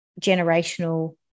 generational